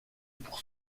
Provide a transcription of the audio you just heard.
pour